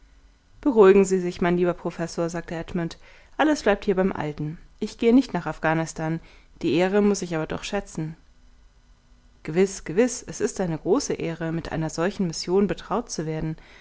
beruhigen sie sich mein lieber professor sagte edmund alles bleibt hier beim alten ich gehe nicht nach afghanistan die ehre muß ich aber doch schätzen gewiß gewiß es ist eine große ehre mit einer solchen mission betraut zu werden